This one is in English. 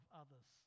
others